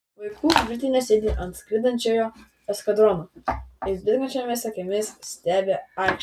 vaikų virtinės sėdi ant skraidančiojo eskadrono ir blizgančiomis akimis stebi aikštę